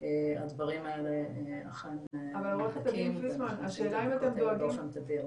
הדברים האלה אכן נבדקים באופן תדיר.